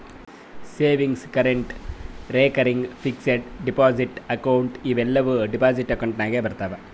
savings, current, recurring, fixed deposit account ಇವೂ ಎಲ್ಲಾ deposit ನಾಗೆ ಬರ್ತಾವ್